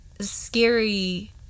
scary